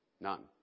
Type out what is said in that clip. None